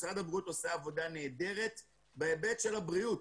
משרד הבריאות עושה עבודה נהדרת בהיבט של הבריאות,